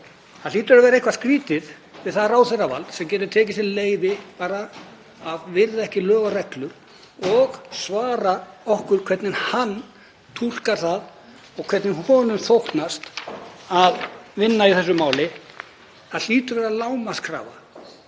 Það hlýtur að vera eitthvað skrýtið við það ráðherravald að geta bara tekið sér það bessaleyfi að virða ekki lög og reglur og svara okkur hvernig hann túlkar það og hvernig honum þóknast að vinna í þessu máli. Það hlýtur að vera lágmarkskrafa